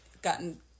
Gotten